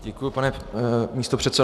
Děkuji, pane místopředsedo.